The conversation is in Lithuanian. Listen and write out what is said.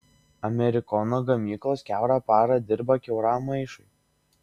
amerikono gamyklos kiaurą parą dirba kiauram maišui